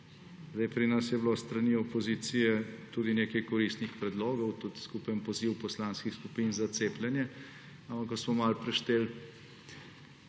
nagaja. Pri nas je bilo s strani opozicije tudi nekaj koristnih predlogov, tudi skupen poziv poslanskih skupin za cepljenje, ampak ko smo malo prešteli